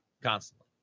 constantly